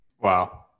Wow